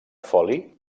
foli